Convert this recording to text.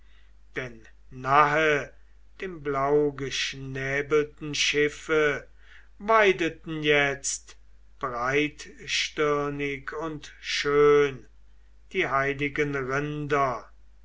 denn nahe dem blaugeschnäbelten schiffe weideten jetzt breitstirnig und schön die heiligen rinder